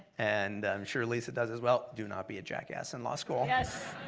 and i'm sure lisa does as well, do not be a jackass in law school. yes.